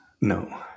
No